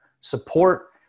support